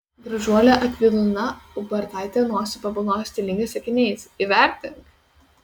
gražuolė akvilina ubartaitė nosį pabalnojo stilingais akiniais įvertink